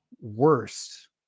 worst